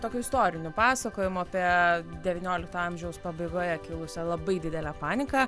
tokiu istoriniu pasakojimu apie devyniolikto amžiaus pabaigoje kilusią labai didelę paniką